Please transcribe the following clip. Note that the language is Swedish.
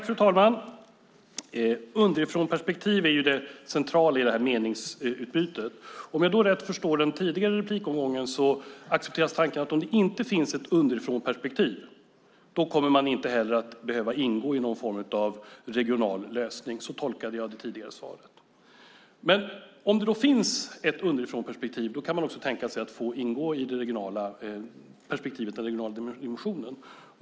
Fru talman! Underifrånperspektiv är det centrala i det här meningsutbytet. Om jag rätt förstår den tidigare replikomgången accepteras tanken att om det inte finns ett underifrånperspektiv kommer man inte heller att behöva ingå i någon form av regional lösning. Så tolkade jag det tidigare svaret. Om det finns ett underifrånperspektiv kan man tänka sig att få ingå i den regionala dimensionen.